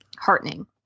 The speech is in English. heartening